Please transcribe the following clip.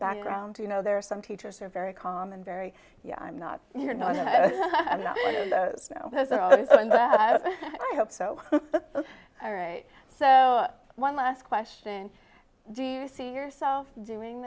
background you know there are some teachers are very calm and very yeah i'm not you're not i hope so all right so one last question do you see yourself doing